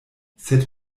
sed